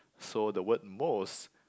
so the word most